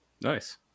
Nice